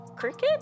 Cricket